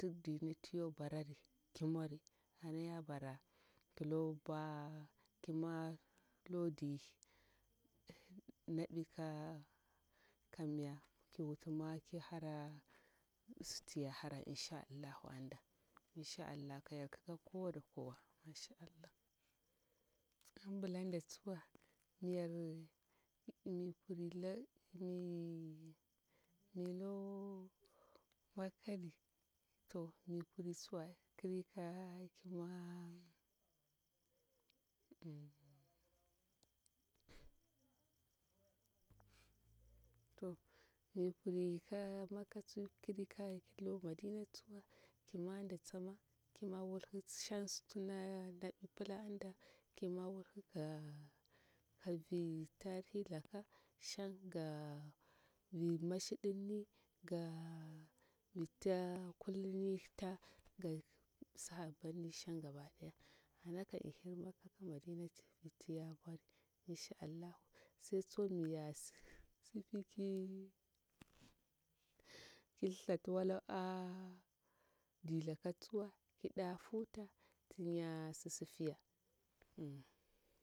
Tudduni ti yo barari ki mwori ana ya bara kilo mbwa ki mwo ki lo di nabi ka kamya kiwuti mwo ki hara suti ya hara insha allah anda insha allahu ka hyel kika kowa da kowa insha allah. Abilanda tsuwa miyar mi kuri la mi mi loo makka ni to mi kuri tsuwa kiri ka ki mwo ah to mi kuri ka makka tsu kiri ka lo madina tsuwa ki mwonda tsama ki mwo wulhi shang suti na nabi pila ki mwo wulhi ga ga vi tarihi laka shang ga vi mashidurni ga vita kulni ta ga sahabanni shang gabadaya anaka ihir makka ka madina ting vitti ya mwori insha allah sai tsu miya si sifiki ki thithatu wala a dilaka tsuwa ki da futa tinya si sifiya hm